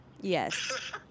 Yes